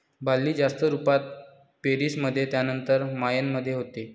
barley जास्त रुपात पेरीस मध्ये त्यानंतर मायेन मध्ये होते